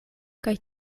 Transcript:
kaj